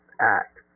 act